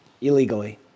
illegally